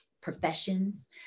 professions